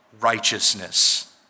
righteousness